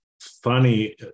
funny